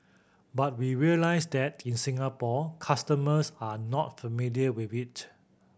but we realise that in Singapore customers are not familiar with it